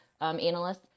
analysts